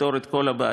תפתור את כל הבעיות,